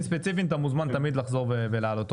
הספציפיים אתה מוזמן תמיד לחזור ולעלות.